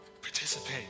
participate